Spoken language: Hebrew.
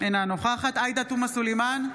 אינה נוכחת עאידה תומא סלימאן,